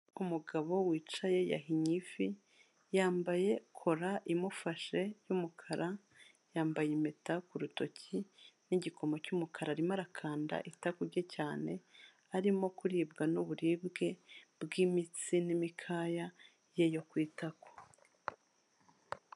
Umugabo wicaye yahinnye ivi, yambaye cora imufashe y'umukara,, yambaye impeta ku rutoki n,'igikomo cy'umukara arimo arakanda ivi rye cyane, arimo kuribwa n'uburibwe bw'imitsi n'imikaya ye yo ku itako.